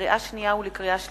לקריאה שנייה ולקריאה שלישית: